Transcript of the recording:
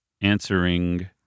Answering